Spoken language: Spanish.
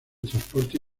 transporte